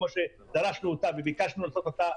כמו שדרשנו אותה וביקשנו לעשות אותה,